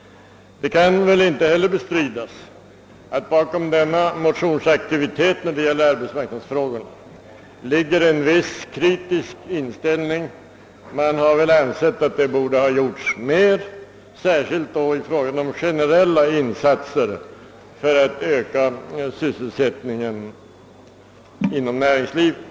Det kan inte heller bestridas att bakom denna motionsaktivitet när det gäller arbetsmarknadsfrågorna ligger en viss kritisk inställning. Man har ansett att mer borde ha gjorts, särskilt i fråga om generella insatser för att öka sysselsättningen inom näringslivet.